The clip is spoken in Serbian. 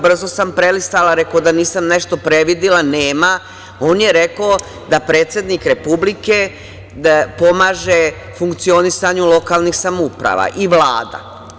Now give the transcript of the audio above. Brzo sam prelistala u Ustavu, rekoh da nisam nešto previdela, nema, on je rekao da predsednik Republike i Vlada pomažu funkcionisanju lokalnih samouprava i Vlada.